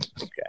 Okay